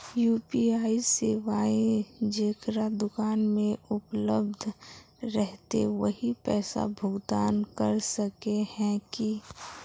UPI सेवाएं जेकरा दुकान में उपलब्ध रहते वही पैसा भुगतान कर सके है की?